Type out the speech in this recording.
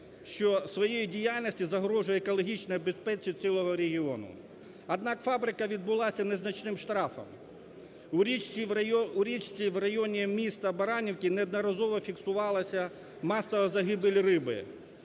що своєю діяльністю загрожує екологічній безпеці цілого регіону. Однак фабрика відбулася незначним штрафом. У річці в районі міста Баранівка неодноразово фіксувалася масова загибель риби,